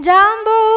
Jambu